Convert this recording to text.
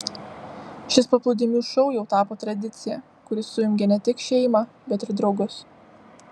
šis paplūdimių šou jau tapo tradicija kuri sujungia ne tik šeimą bet ir draugus